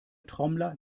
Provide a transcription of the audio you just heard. trommler